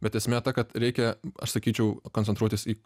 bet esmė ta kad reikia aš sakyčiau koncentruotis į